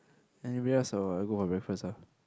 I need rest a while I go for breakfast ah